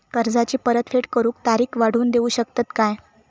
कर्जाची परत फेड करूक तारीख वाढवून देऊ शकतत काय?